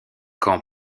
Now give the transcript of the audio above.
camp